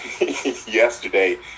yesterday